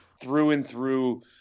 through-and-through